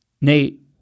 Nate